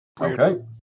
Okay